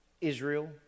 Israel